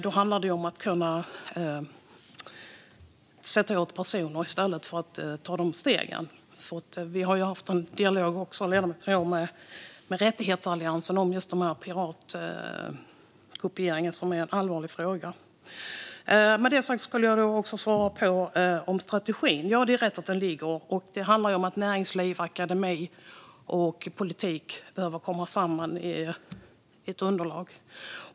Då handlar det om att kunna sätta åt personer i stället för att ta de här stegen. Ledamoten och jag har också fört en dialog med Rättighetsalliansen om just piratkopieringen, som är en allvarlig fråga. Jag ska också svara om strategin. Ja, det är rätt att den ligger. Det handlar om att näringsliv, akademi och politik behöver komma samman i ett underlag.